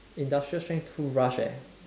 industrial strength toothbrush eh